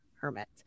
hermit